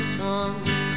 songs